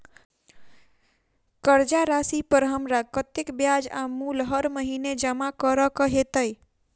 कर्जा राशि पर हमरा कत्तेक ब्याज आ मूल हर महीने जमा करऽ कऽ हेतै?